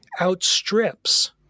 outstrips